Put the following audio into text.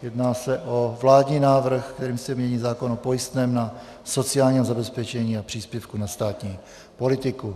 Jedná se o vládní návrh, kterým se mění zákon o pojistném na sociální zabezpečení a příspěvku na státní politiku.